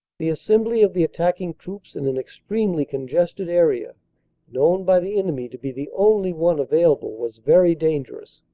the assetnbly of the attacking troops in an extremely con gested area known by the enemy to be the only one available was very dangerous,